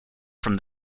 from